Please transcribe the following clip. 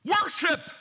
Worship